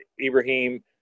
Ibrahim